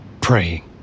praying